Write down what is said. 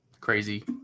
crazy